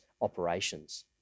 operations